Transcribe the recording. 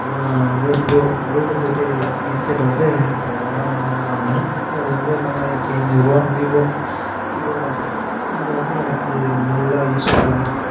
நான் வந்து ப்ளூடூத் விட்டு ஹெட்செட் வந்து போன வாரம் வாங்குனேன் அது வந்து மூணாயிரத்தி ஐநூறுவா விவோ விவோ கம்பெனி அது வந்து எனக்கு நல்லா யூஸ்ஃபுல்லாக இருக்குது